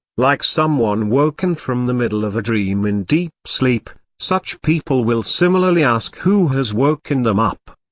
like someone woken from the middle of a dream in deep sleep, such people will similarly ask who has woken them up.